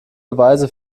beweise